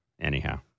anyhow